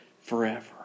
forever